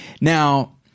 Now